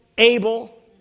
Abel